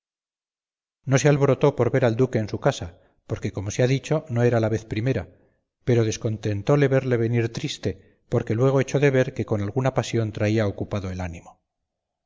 no se alborotó por ver al duque en su casa porque como se ha dicho no era la vez primera pero descontentóle verle venir triste porque luego echó de ver que con alguna pasión traía ocupado el ánimo